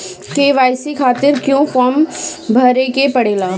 KYC खातिर क्यूं form भरे के पड़ेला?